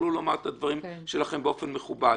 תוכלו לומר את הדברים שלכם באופן מכובד.